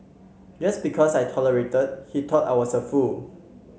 just because I tolerated he thought I was a fool